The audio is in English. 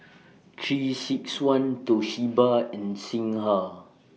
three six one Toshiba and Singha